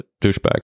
douchebag